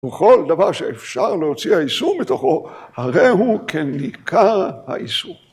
‫וכל דבר שאפשר להוציא האיסור מתוכו, ‫הרי הוא כ"ניכר האיסור".